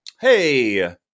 hey